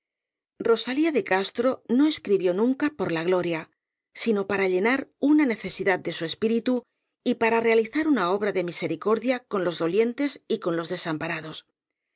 rosalía de castro no escribió nunca por la gloria sino'para llenar una necesidad de su espíritu y para realizar una obra de misericordia con los dolientes y con los desamparados